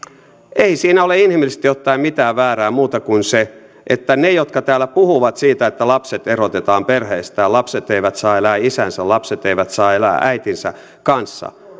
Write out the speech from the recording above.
ei siinä ole inhimillisesti ottaen mitään väärää muuta kuin se haluavatko ne jotka täällä puhuvat siitä että lapset erotetaan perheistään lapset eivät saa elää isänsä lapset eivät saa elää äitinsä kanssa